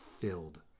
filled